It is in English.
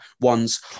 ones